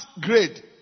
grade